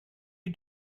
you